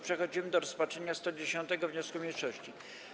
Przechodzimy do rozpatrzenia 110. wniosku mniejszości.